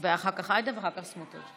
אחר כך עאידה ואחר כך סמוטריץ'.